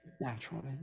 naturally